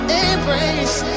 embrace